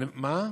מה?